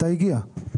מתי הגיע?